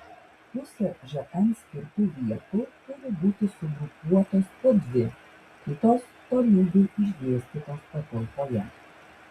pusė žn skirtų vietų turi būti sugrupuotos po dvi kitos tolygiai išdėstytos patalpoje